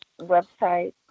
website